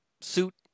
suit